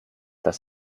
das